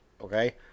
Okay